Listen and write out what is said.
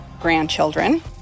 grandchildren